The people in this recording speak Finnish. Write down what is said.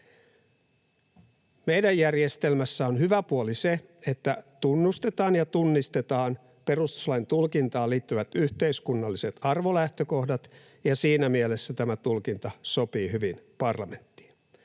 Meidän järjestelmässä on hyvä puoli se, että tunnustetaan ja tunnistetaan perustuslain tulkintaan liittyvät yhteiskunnalliset arvolähtökohdat, ja siinä mielessä tämä tulkinta sopii hyvin parlamenttiin.